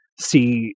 see